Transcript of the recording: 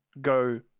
go